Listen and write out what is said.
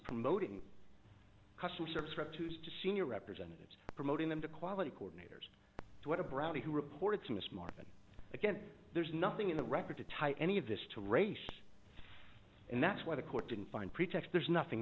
promoting customer service rep to senior representatives promoting them to quality coordinators what a brownie who reported to miss martin again there's nothing in the record to tie any of this to race and that's why the court didn't find pretext there's nothing